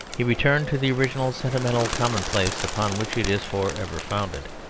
he returned to the original sentimental commonplace upon which it is forever founded,